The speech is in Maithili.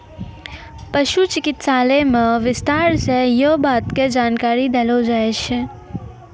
पशु चिकित्सालय मॅ विस्तार स यै बात के जानकारी देलो जाय छै